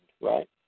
right